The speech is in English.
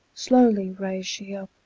slowly rase she up,